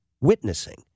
witnessing